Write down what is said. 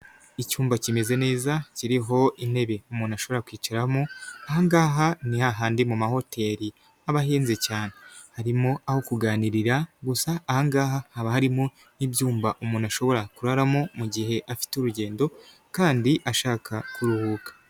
Icyumba kimeze neza kiriho intebe umuntu ashobora kwicaramo, aha ngaha ni hahandi mu mahoteli aba ahenze cyane, harimo aho kuganirira gusa aha ngaha haba harimo n'ibyumba umuntu ashobora kuraramo mu gihe afite urugendo kandi ashaka kuruhuka.